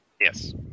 Yes